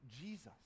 Jesus